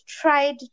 tried